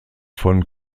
von